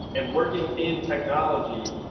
and working in technology,